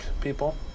people